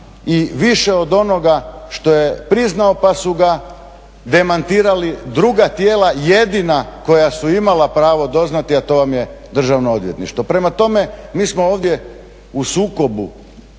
i više od onoga što je priznao pa su ga demantirali druga tijela, jedina koja su imala pravo doznati a to vam je Državno odvjetništvo, prema tome mi smo ovdje u sukobu